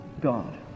God